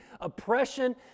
oppression